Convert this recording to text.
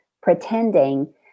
pretending